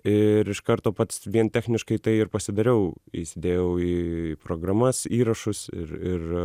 ir iš karto pats vien techniškai tai ir pasidariau įsidėjau į programas įrašus ir ir